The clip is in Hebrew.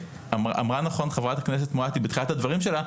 אמרה נכון חברת הכנסת מואטי בתחילת הדברים שלה,